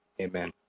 Amen